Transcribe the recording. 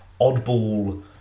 oddball